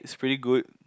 it's pretty good